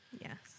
Yes